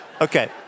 Okay